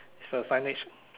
it's a signage